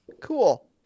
Cool